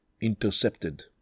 intercepted